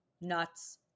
nuts